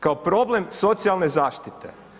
Kao problem socijalne zaštite.